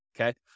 okay